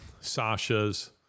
Sasha's